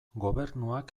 gobernuak